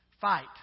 fight